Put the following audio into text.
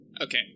Okay